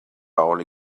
only